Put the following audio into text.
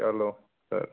ਚਲੋ ਸਰ